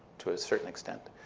to a certain extent,